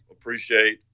appreciate